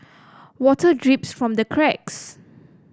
water drips from the cracks